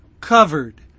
covered